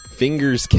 fingers